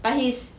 but his